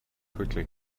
quickly